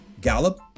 Gallup